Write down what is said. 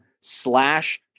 slash